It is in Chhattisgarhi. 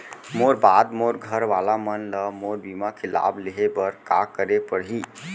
मोर बाद मोर घर वाला मन ला मोर बीमा के लाभ लेहे बर का करे पड़ही?